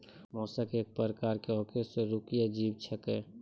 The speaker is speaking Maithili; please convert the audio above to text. मोलस्क एक प्रकार के अकेशेरुकीय जीव छेकै